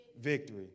Victory